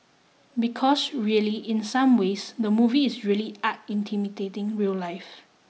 because really in some ways the movie is really art intimidating real life